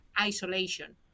isolation